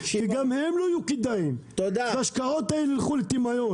כי גם הם לא יהיו כדאיים וההשקעות האלה ילכו לטמיון.